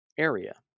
area